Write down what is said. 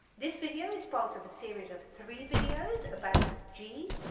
this video is part of a series of three videos about the g,